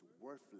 worthless